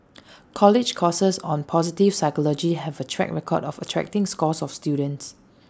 college courses on positive psychology have A track record of attracting scores of students